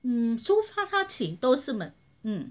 hmm so far 他请都是 ma~